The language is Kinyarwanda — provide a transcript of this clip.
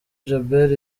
djabel